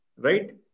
Right